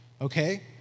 okay